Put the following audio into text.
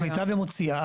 מחליטה ומוציאה,